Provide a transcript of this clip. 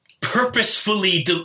purposefully